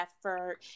effort